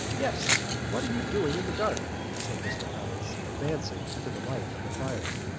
yes. what are you doing in the dark? said mr. hynes. advancing into the light of the fire.